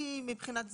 אי מבחינת זמן.